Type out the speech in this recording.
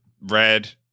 red